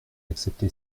accepté